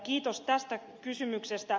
kiitos tästä kysymyksestä